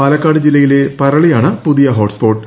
പാലക്കാട് ജില്ലയിലെ പുരളിയാണ് പുതിയ ഹോട്ട്സ്പോട്ട്